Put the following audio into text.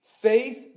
faith